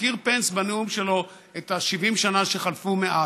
הזכיר פנס בנאום שלו את 70 השנה שחלפו מאז.